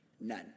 None